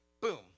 boom